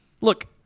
Look